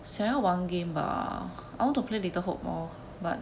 想要玩 game bah I want to play little hope orh but